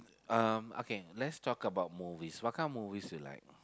um okay let's talk about movies what kind of movies do you like